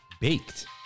baked